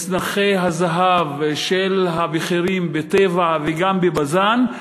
מצנחי הזהב של הבכירים ב"טבע" וגם ב"בזן"